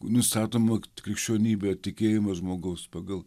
nustatoma krikščionybė tikėjimas žmogaus pagal